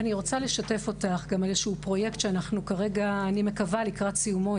אני רוצה לשתף אותך בפרויקט שאני מקווה שכרגע אנחנו לקראת סיומו,